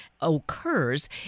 occurs